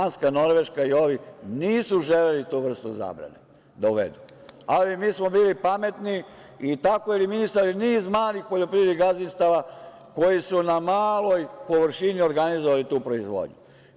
Danska, Norveška i ovi nisu želeli tu vrstu zabrane da uvedu, ali mi smo bili pametni i tako eliminisali niz malih poljoprivrednih gazdinstava koji su na maloj površini organizovali tu proizvodnju.